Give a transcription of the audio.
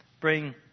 bring